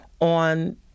on